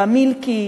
במילקי,